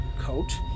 coat